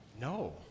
No